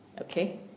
okay